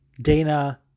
Dana